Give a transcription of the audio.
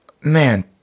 man